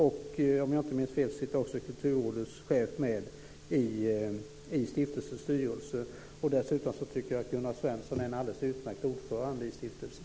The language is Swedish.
Om jag inte minns fel sitter också Kulturrådets chef med i stiftelsens styrelse. Dessutom tycker jag att Gunnar Svensson är en alldeles utmärkt ordförande i stiftelsen.